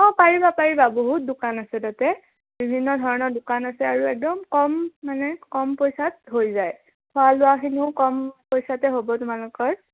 অঁ পাৰিবা পাৰিবা বহুত দোকান আছে তাতে বিভিন্ন ধৰণৰ দোকান আছে আৰু একদম কম মানে কম পইচাত হৈ যায় খোৱা লোৱাখিনিও কম পইচাতে হ'ব তোমালোকৰ